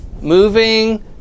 moving